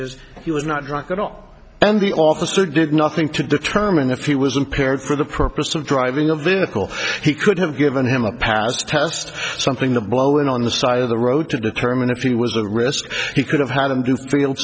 is he was not drunk at all and the officer did nothing to determine if he was impaired for the purpose of driving a vehicle he could have given him a pass to test something the blowing on the side of the road to determine if he was a risk he could have had him do field